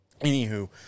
anywho